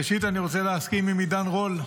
ראשית אני רוצה להסכים עם עידן רול.